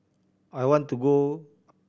I want to go